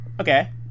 Okay